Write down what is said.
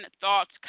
thoughts